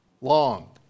Long